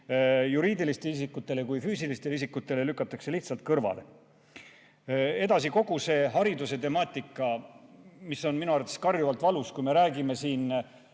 juriidilistele isikutele kui ka füüsilistele isikutele, lükatakse lihtsalt kõrvale. Edasi, kogu see hariduse temaatika, mis on minu arvates karjuvalt valus. Kui me räägime